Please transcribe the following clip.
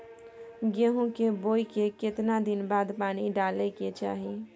गेहूं के बोय के केतना दिन बाद पानी डालय के चाही?